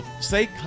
Say